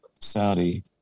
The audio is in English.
Saudi